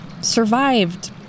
Survived